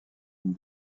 une